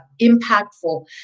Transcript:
impactful